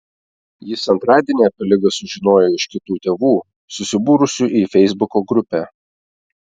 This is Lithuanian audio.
jis antradienį apie ligą sužinojo iš kitų tėvų susibūrusių į feisbuko grupę